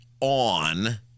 on